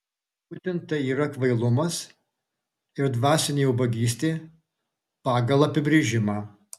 būtent tai yra kvailumas ir dvasinė ubagystė pagal apibrėžimą